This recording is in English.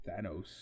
Thanos